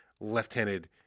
left-handed